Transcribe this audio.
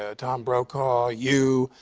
ah tom brokaw, you,